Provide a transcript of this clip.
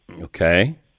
Okay